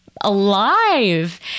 alive